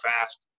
fast